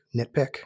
nitpick